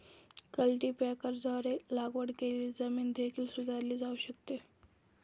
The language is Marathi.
कल्टीपॅकरद्वारे लागवड केलेली जमीन देखील सुधारली जाऊ शकते